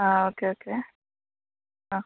ആ okay okay ആ